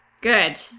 Good